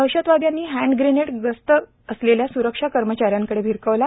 दहशतवाद्यांनी hand grenade गस्त घालत असलेल्या स्रक्षा कर्मचाऱ्यांकडे भिरकवला